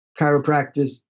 chiropractors